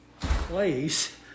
place